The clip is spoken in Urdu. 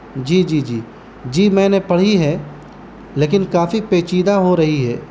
جی جی جی جی میں نے پڑھی ہے لیکن کافی پیچیدہ ہو رہی ہے